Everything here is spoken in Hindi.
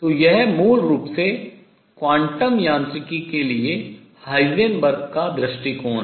तो यह मूल रूप से क्वांटम यांत्रिकी के लिए हाइजेनबर्ग का दृष्टिकोण है